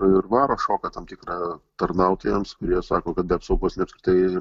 ir varo šoką tam tikrą tarnautojams kurie sako kad be apsaugos jie apskritai